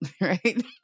Right